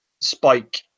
Spike